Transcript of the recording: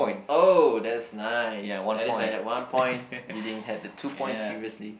oh that's nice at least I have one point you didn't had the two points previously